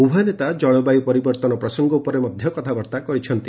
ଉଭୟ ନେତା ଜଳବାୟୁ ପରିବର୍ତ୍ତନ ପ୍ରସଙ୍ଗ ଉପରେ ମଧ୍ୟ କଥାବାର୍ତ୍ତା କହିଛନ୍ତି